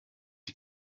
die